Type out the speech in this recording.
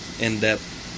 in-depth